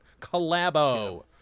Collabo